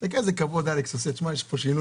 המס הזאת משהו דרמטי.